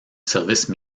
service